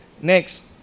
Next